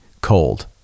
cold